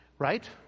Right